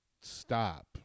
stop